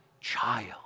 child